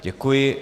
Děkuji.